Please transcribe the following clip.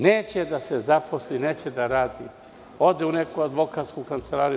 Neće da se zaposli, neće da radi, ode u neku advokatsku kancelariju.